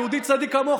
יהודי צדיק כמוך,